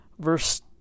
Verse